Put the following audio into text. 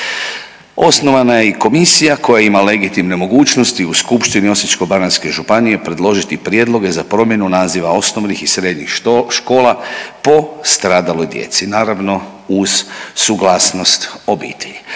Osnovana je i komisija koja ima legitimne mogućnosti u Skupštini Osječko-baranjske županije predložiti prijedloge za promjenu naziva osnovnih i srednjih škola po stradaloj djeci, naravno uz suglasnost obitelji.